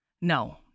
no